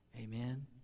Amen